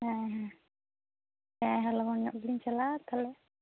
ᱦᱮᱸ ᱦᱮᱸ ᱦᱮᱸ ᱞᱚᱜᱚᱱ ᱧᱚᱜ ᱜᱮᱞᱤᱧ ᱪᱟᱞᱟᱜᱼᱟ ᱛᱟᱦᱚᱞᱮ